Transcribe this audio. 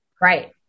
Right